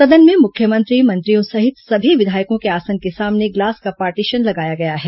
सदन में मुख्यमंत्री मंत्रियों सहित सभी विधायकों के आसन के सामने ग्लास का पार्टीशन लगाया गया है